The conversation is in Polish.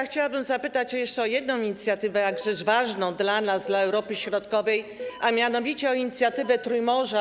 Chciałabym zapytać o jeszcze jedną inicjatywę, jakże ważną dla nas, dla Europy Środkowej, a mianowicie o inicjatywę Trójmorza.